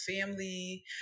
family